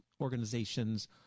organizations